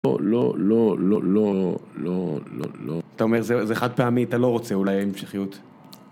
לא לא לא לא לא לא לא לא אתה אומר זה חד פעמי אתה לא רוצה אולי המשכיות